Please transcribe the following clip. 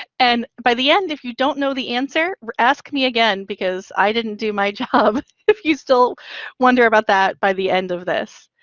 and by the end, if you don't know the answer, ask me again because i didn't do my job if you still wonder about that by the end of this.